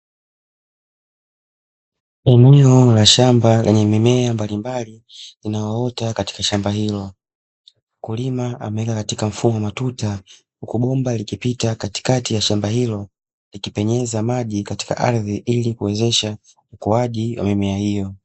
Eneo la shamba lenye mimea mbalimbali inayoota katika shamba hilo. Mkulima ameweka katika mfumo wa matuta, huku bomba likipita katikati ya shamba hilo, likipenyeza maji katika ardhi ili kuwezesha ukuaji wa mimea hiyo.